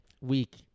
week